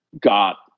got